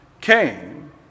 came